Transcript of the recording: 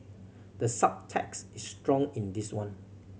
the subtext is strong in this one